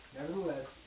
Nevertheless